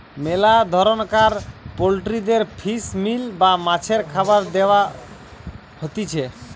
মেলা ধরণকার পোল্ট্রিদের ফিশ মিল বা মাছের খাবার দেয়া হতিছে